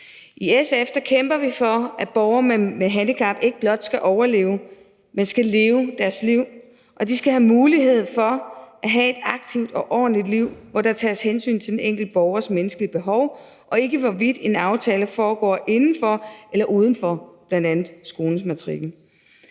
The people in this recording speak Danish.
I SF kæmper vi for, at borgere med handicap ikke blot skal overleve, men skal leve deres liv, og de skal have mulighed for at have et aktivt og ordentligt liv, hvor der tages hensyn til den enkelte borgers menneskelige behov, og som ikke er bestemt af, hvorvidt en aftale foregår indenfor eller udenfor, bl.a. på skolens matrikel.